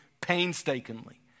painstakingly